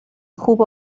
خوب